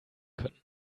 können